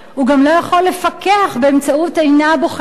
הוא גם לא יכול לפקח באמצעות עינה הבוחנת